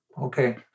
okay